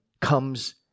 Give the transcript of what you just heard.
comes